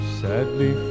sadly